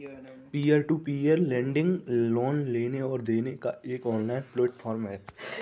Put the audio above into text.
peer to peer lending loan लेने और देने का एक ऑनलाइन प्लेटफ़ॉर्म है